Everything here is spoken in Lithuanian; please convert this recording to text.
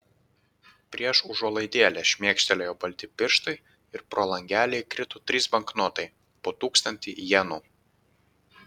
prieš užuolaidėlę šmėkštelėjo balti pirštai ir pro langelį įkrito trys banknotai po tūkstantį jenų